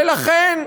ולכן,